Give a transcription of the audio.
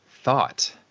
Thought